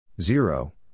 zero